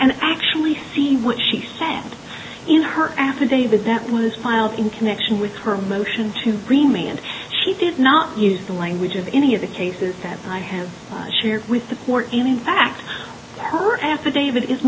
and actually see what she stands in her affidavit that was filed in connection with her motion to remain and she did not use the language of any of the cases that i have shared with the court in fact her affidavit is